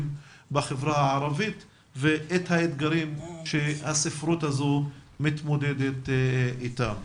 בחברה הערבית ואת האתגרים שהספרות הזאת מתמודדת איתם.